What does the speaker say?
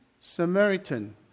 Samaritan